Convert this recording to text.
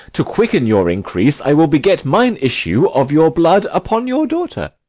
to quicken your increase i will beget mine issue of your blood upon your daughter.